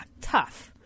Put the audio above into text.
tough